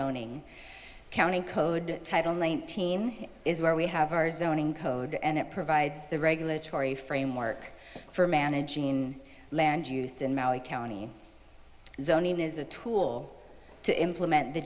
zoning county code title name team is where we have our zoning code and it provides the regulatory framework for managing land use in mallee county zoning is a tool to implement the